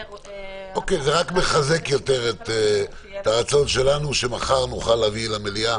זה רק מחזק יותר את הרצון שלנו שמחר נוכל להביא למליאה